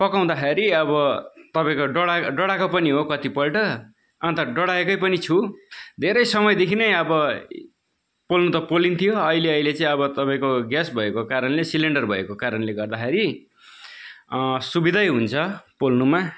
पकाउँदाखेरि अब तपाईँको डढाएको डढाएको पनि हो कति पल्ट अन्त डढाएकै पनि छु धेरै समयदेखि नै अब पोल्नु त पोलिन्थ्यो अहिले अहिले चाहिँ अब तपाईँको ग्यास भएको कारणले सिलिन्डर भएको कारणले गर्दाखेरि सुविधै हुन्छ पोल्नुमा